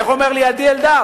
איך אומר לי עדי אלדר?